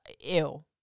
ew